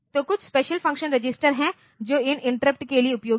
तो कुछ special function register हैं जो इन इंटरप्ट के लिए उपयोगी हैं